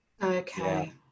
okay